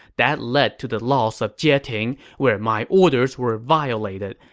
that led to the loss of jieting, where my orders were violated,